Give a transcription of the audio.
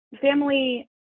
family